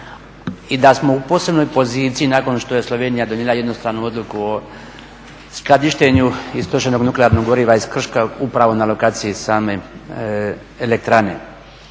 i da smo u posebnoj poziciji nakon što je Slovenija donijela jednostranu odluku o skladištenju istrošenog nuklearnog goriva iz Krškog upravo na lokaciji same elektrane.